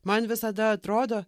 man visada atrodo